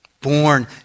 Born